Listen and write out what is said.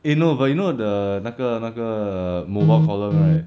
eh no but you know the 那个那个 mobile column right